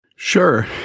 Sure